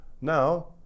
Now